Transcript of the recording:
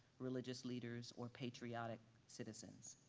religious leaders or patriotic citizens.